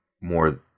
more